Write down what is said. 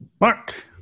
mark